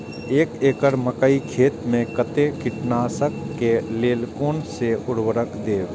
एक एकड़ मकई खेत में कते कीटनाशक के लेल कोन से उर्वरक देव?